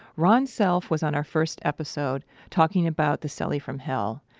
ron self was on our first episode talking about the so cellie from hell.